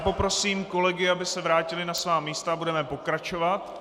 Poprosím kolegy, aby se vrátili na svá místa, a budeme pokračovat.